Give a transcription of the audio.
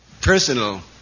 personal